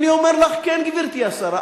אני אומר לך: כן, גברתי השרה.